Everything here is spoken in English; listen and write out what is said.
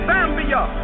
Zambia